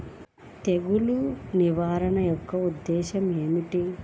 తెగులు నిర్వహణ యొక్క ఉద్దేశం ఏమిటి?